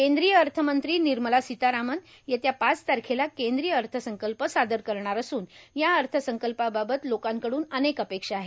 केंद्रीय अर्थमंत्री निर्मला सीतारामन् येत्या पाच तारखेला केंद्रीय अर्थसंकल्प सादर करणार असून या अर्थसंकल्पाबाबत लोकांकडून अनेक अपेक्षा आहे